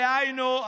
דהיינו,